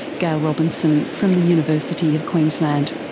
gail robinson from the university of queensland.